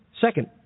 Second